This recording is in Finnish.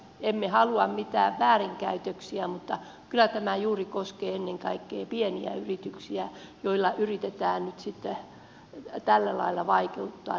emme halua mitään väärinkäytöksiä mutta kyllä tämä juuri koskee ennen kaikkea pieniä yrityksiä joiden toimintaa yritetään nyt sitten tällä lailla vaikeuttaa